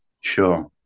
Sure